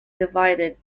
divided